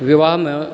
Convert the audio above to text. विवाह मे